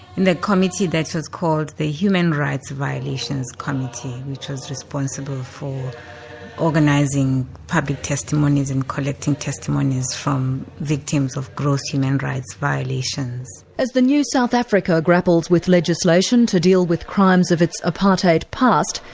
and the committee that so is called the human rights violations committee which was responsible for organising public testimonies and collecting testimonies from victims of gross human rights violations. as the new south africa grapples with legislation to deal with crimes of its apartheid past,